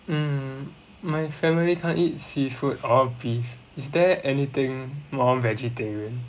mm my family can't eat seafood or beef is there anything more vegetarian